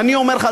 אני אומר לך,